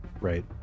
Right